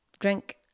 drink